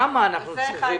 שם אנחנו צריכים.